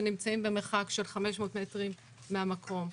שנמצאים במרחק של 500 מטרים מהמקום.